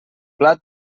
pla